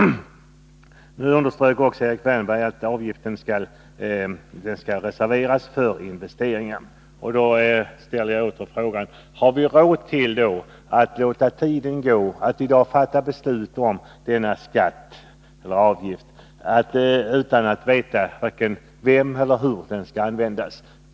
Nu understryker Erik Wärnberg att avgiften skall reserveras för investeringar, och då ställer jag åter frågan: Har vi råd att låta tiden gå och i dag fatta beslut om denna skatt utan att veta hur eller för vem den skall användas?